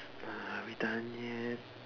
are we done yet